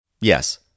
Yes